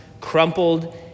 crumpled